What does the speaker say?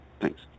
thanks